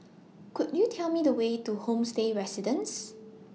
Could YOU Tell Me The Way to Homestay Residences